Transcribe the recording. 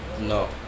No